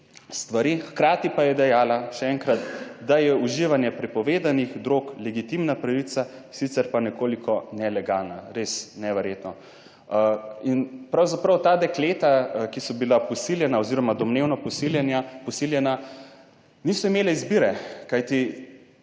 stvari, hkrati pa je dejala, še enkrat, da je uživanje prepovedanih drog legitimna pravica, sicer pa nekoliko nelegalna. Res neverjetno. In pravzaprav ta dekleta, ki so bila posiljena oziroma domnevno posiljena, niso imele izbire, kajti